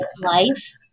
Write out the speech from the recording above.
life